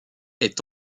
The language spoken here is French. est